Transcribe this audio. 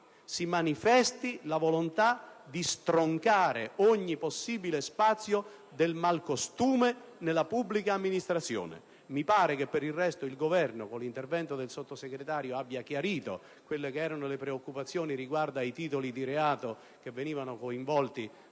a parole la volontà di stroncare ogni possibile spazio del malcostume nella pubblica amministrazione. Per il resto, mi pare che il Governo, con l'intervento del Sottosegretario, abbia chiarito le preoccupazioni riguardo ai titoli di reato che venivano coinvolti